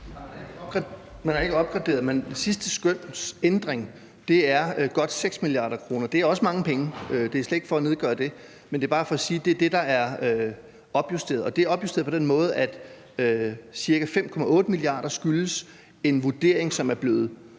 Man har ikke opjusteret det. Det sidste skøns ændring er godt 6 mia. kr. Det er også mange penge; det er slet ikke for at nedgøre det, men bare for at sige, at det er det, det er opjusteret med. Og det er opjusteret på den måde, at ca. 5,8 mia. kr. skyldes en vurdering, som er blevet